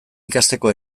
ikasteko